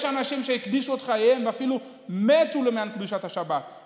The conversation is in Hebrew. יש אנשים שהקדישו את חייהם ואפילו מתו למען קדושת השבת,